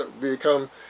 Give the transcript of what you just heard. become